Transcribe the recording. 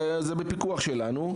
אבל זה בפיקוח שלנו,